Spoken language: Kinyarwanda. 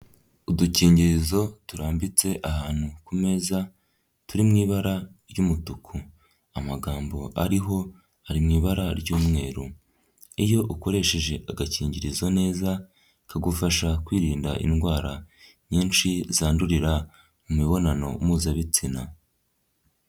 Udukingirizo turambitse ahantu ku meza turi mu ibara ry'umutuku amagambo ariho ari mu ibara ry'umweru. Iyo ukoresheje agakingirizo neza, kagufasha kwirinda indwara nyinshi zandurira mu mibonano mpuzabitsina.